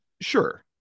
sure